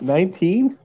Nineteen